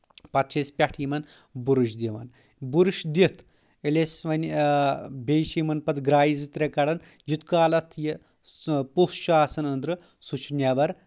پتہٕ چھِ أسۍ پؠٹھٕ یِمن بُرُش دِوان برُش دِتھ ییٚلہِ أسۍ وۄنۍ بیٚیہِ چھِ یِمن پتہٕ گراے زٕ ترٛےٚ کڑان یوٗت کال اَتھ یہِ سُہ پوٚس چھُ آسان أنٛدرٕ سُہ چھُ نؠبر